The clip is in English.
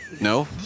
No